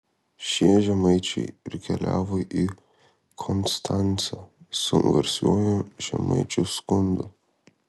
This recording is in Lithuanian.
šie žemaičiai ir keliavo į konstancą su garsiuoju žemaičių skundu